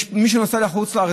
מי שנוסע לחוץ לארץ,